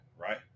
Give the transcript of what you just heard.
right